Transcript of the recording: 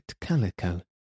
Calico